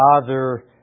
father